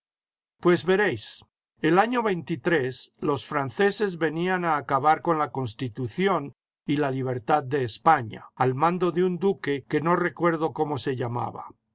pues veréis el año los franceses venían a acabar con la constitución y la libertad de españa al mando de un duque que no recuerdo cómo se llamaba